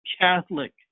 Catholic